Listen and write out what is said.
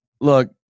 look